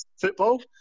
football